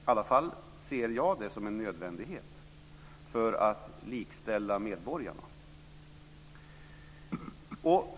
Det ser i alla fall jag som en nödvändighet för att likställa medborgarna.